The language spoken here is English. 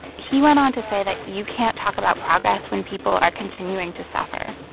he went on to say that you can't talk about progress when people are continuing to suffer.